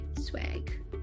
swag